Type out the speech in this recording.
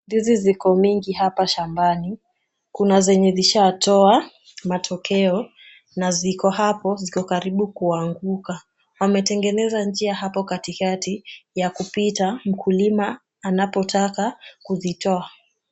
Ndizi ziko mingi hapa shambani, kuna zenye zishatoa matokea na ziko hapo na ziko karibu kuanguka. Ametengeneza njia hapo katikati ya kupita mkulima anapotaka kuzitoa.